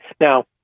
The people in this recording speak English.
Now